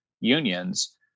unions